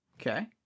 Okay